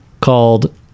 called